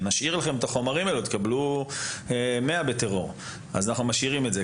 נשאיר לכם את החומרים האלה ותקבלו 100 בטרור ואז אנחנו משאירים את זה.